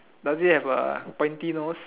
does it have a pointy nose